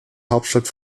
hauptstadt